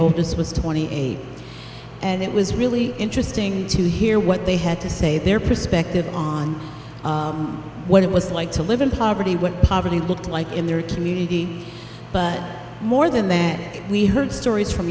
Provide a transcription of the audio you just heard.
oldest was twenty eight and it was really interesting to hear what they had to say their perspective on what it was like to live in poverty what poverty looked like in their community but more than that we heard stories from